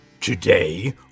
Today